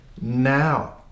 now